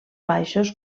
baixos